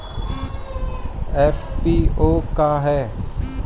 FPO का ह?